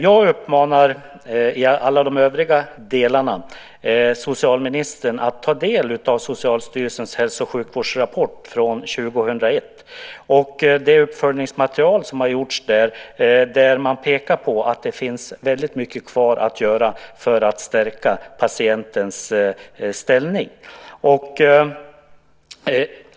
I alla övriga delar uppmanar jag socialministern att ta del av Socialstyrelsens hälso och sjukvårdsrapport från 2001 och det uppföljningsmaterial som gjorts i det sammanhanget. Man pekar där på att väldigt mycket återstår att göra när det gäller att stärka patientens ställning.